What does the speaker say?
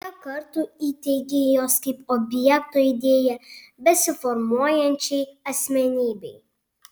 kiek kartų įteigei jos kaip objekto idėją besiformuojančiai asmenybei